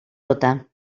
tota